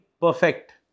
perfect